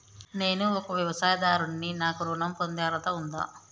నేను ఒక వ్యవసాయదారుడిని నాకు ఋణం పొందే అర్హత ఉందా?